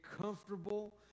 comfortable